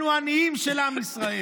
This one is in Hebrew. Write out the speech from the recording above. אלו עניים של עם ישראל.